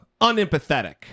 unempathetic